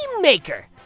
maker